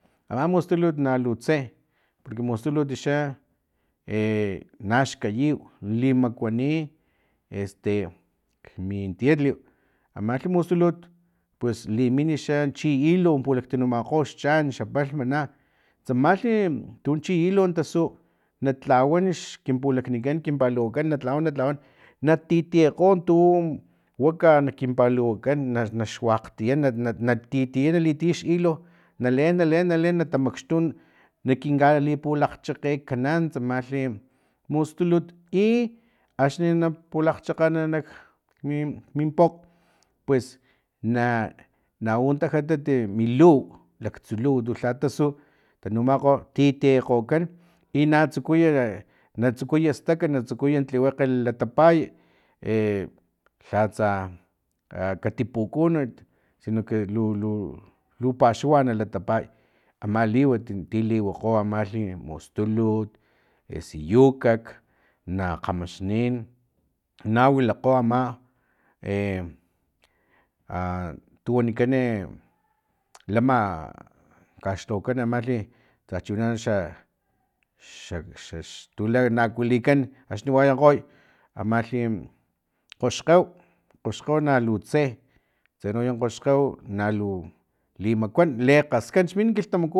Ama mustulut nalutse orque mustulutu xa e nax kayiw i makuani este min tietliw amalhi mustulut pues liminixa chi hilo pulaktanumakgo xchan xa palhma na tsamalhi tun chi hilo tasu na tlawan x kin pulaknikan kin paluwa kan na tlawan na tlawan na titiakgo tu waka nak kin paluwa kan na xuakgtia na na na titia xhilo naleen na leen na tamakxtu na kinka lipulakgchakgekanan tsamalhi mistulut i axni na pulakgchakgan na nak min pokg pues na u tajatat mi luw laktsu luw tulha tasu tanumakgo titiekgokan i natsukuya natsukuya tsaka na tsukuy tliwekge latapay e lhatsa a katipukununt sino que lu lu paxawa na latapay ama liwat ti liwokgo ama amalhi mustulut siyukak na kgamaxnin na wilakgo ama e a tuwanikani lama a kaxlhawakan ama liwat tsachu u xa xa tuna akuilikgo axni wayankgo amalhi kgoxkgeu kgoxkgeu nalu tse tse na way kgoxkgeu nalu limakuan li kgaskan xmin kilhtamaku